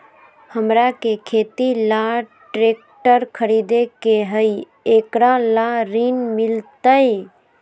हमरा के खेती ला ट्रैक्टर खरीदे के हई, एकरा ला ऋण मिलतई?